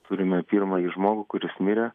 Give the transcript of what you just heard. turime pirmąjį žmogų kuris mirė